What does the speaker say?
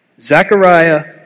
Zechariah